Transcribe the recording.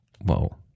Whoa